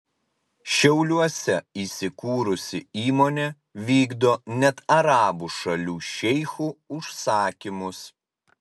šiauliuose įsikūrusi įmonė vykdo net arabų šalių šeichų užsakymus